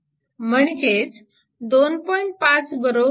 म्हणजे 2